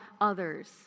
others